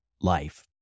life